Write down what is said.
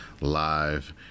live